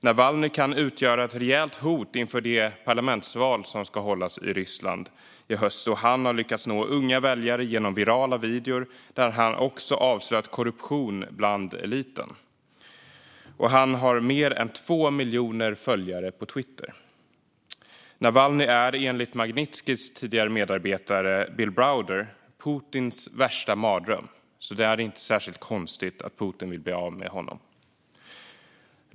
Navalnyj kan utgöra ett rejält hot inför det parlamentsval som ska hållas i Ryssland i höst då han har lyckats nå unga väljare genom virala videor där han också har avslöjat korruption bland eliten. Han har mer än 2 miljoner följare på Twitter. Navalnyj är, enligt Magnitskijs tidigare medarbetare Bill Browder, Putins värsta mardröm. Det är alltså inte särskilt konstigt att Putin vill bli av med honom.